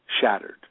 shattered